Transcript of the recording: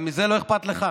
גם מזה לא אכפת לך?